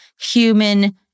human